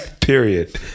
period